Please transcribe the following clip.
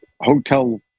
hotel